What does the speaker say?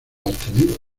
obtenidos